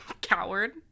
coward